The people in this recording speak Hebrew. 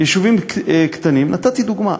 יישובים קטנים, נתתי דוגמה.